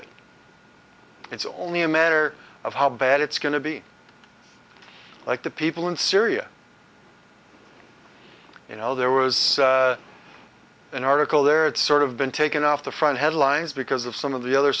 it it's only a matter of how bad it's going to be like the people in syria you know there was an article there it's sort of been taken off the front headlines because of some of the other